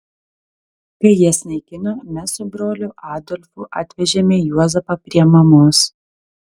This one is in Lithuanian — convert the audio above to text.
kai jas naikino mes su broliu adolfu atvežėme juozapą prie mamos